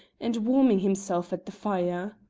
and warming himself at the fire.